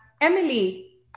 Emily